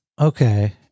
Okay